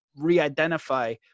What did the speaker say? re-identify